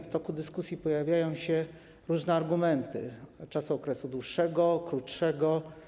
W toku dyskusji pojawiają się różne argumenty w przypadku okresu dłuższego, krótszego.